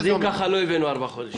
אז אם ככה, לא הבאנו ארבעה חודשים.